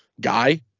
guy